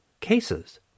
cases